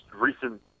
recent